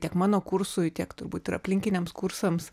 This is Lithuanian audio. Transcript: tiek mano kursui tiek turbūt ir aplinkiniams kursams